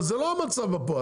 אבל זה לא המצב בפועל,